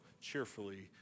cheerfully